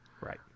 right